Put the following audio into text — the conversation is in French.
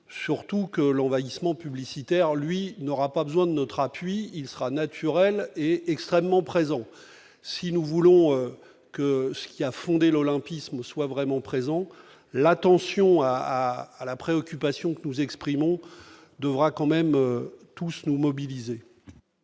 surtout que l'envahissement publicitaire, lui, n'aura pas besoin de notre appui, il sera naturel et extrêmement présent si nous voulons que ce qui a fondé l'olympisme soient vraiment présents la tension à à à la préoccupation que nous exprimons devra quand même tous nous mobiliser.